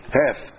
half